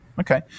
Okay